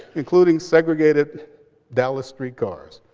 including segregated dallas street cars.